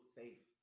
safe